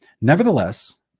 Nevertheless